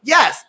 Yes